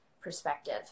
perspective